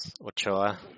Ochoa